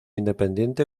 independiente